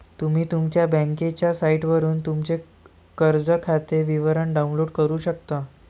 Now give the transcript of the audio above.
तुम्ही तुमच्या बँकेच्या साइटवरून तुमचे कर्ज खाते विवरण डाउनलोड करू शकता